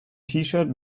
tshirt